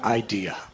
idea